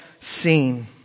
seen